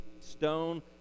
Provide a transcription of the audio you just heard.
stone